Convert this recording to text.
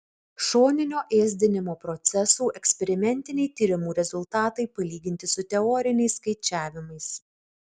šoninio ėsdinimo procesų eksperimentiniai tyrimų rezultatai palyginti su teoriniais skaičiavimais